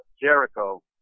Jericho